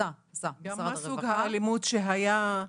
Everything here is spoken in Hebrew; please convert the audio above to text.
וגם מה סוג האלימות שהייתה?